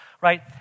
right